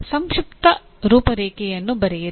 ಸಂಕ್ಷಿಪ್ತ ರೂಪರೇಖೆಯನ್ನು ಬರೆಯಿರಿ